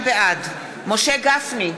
בעד משה גפני,